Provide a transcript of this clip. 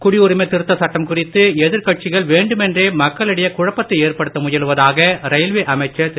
குடியுரிமை சட்டம் குறித்து எதிர் கட்சிகள் வேண்டுமென்றே மக்களிடைய குழப்பத்தை ஏற்படுத்த முயலுவதாக ரயில்வே அமைச்சர் திரு